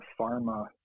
pharma